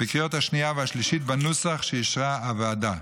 בקריאות השנייה והשלישית בנוסח שאישרה הוועדה.